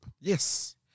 Yes